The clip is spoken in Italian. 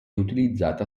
utilizzata